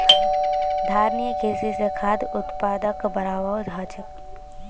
धारणिये कृषि स खाद्य उत्पादकक बढ़ववाओ ह छेक